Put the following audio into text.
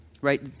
Right